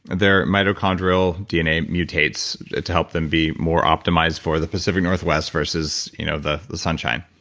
their mitochondrial dna mutates to help them be more optimized for the pacific northwest versus you know the the sunshine.